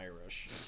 Irish